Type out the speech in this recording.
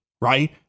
right